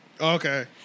Okay